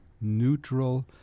neutral